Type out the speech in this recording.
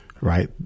Right